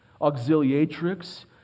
Auxiliatrix